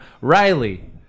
Riley